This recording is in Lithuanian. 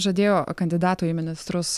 žadėjo kandidatų į ministrus